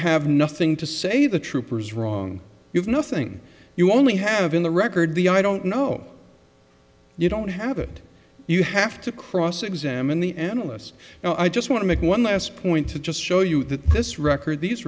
have nothing to say the troopers wrong you have nothing you only have in the record the i don't know you don't have it you have to cross examine the analysts now i just want to make one last point to just show you that this record these